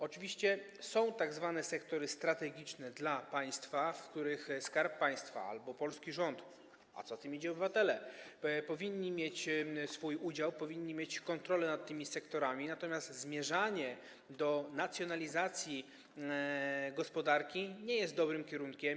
Oczywiście są tzw. sektory strategiczne dla państwa, w których Skarb Państwa albo polski rząd - a co za tym idzie obywatele - powinien mieć swój udział, powinien mieć kontrolę nad tymi sektorami, natomiast zmierzanie do nacjonalizacji gospodarki nie jest dobrym kierunkiem.